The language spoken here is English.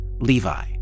Levi